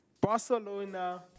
Barcelona